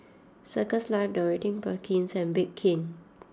Circles Life Dorothy Perkins and Bake King